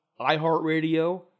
iHeartRadio